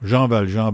jean valjean